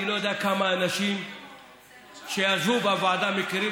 אני לא יודע כמה אנשים שישבו בוועדה מכירים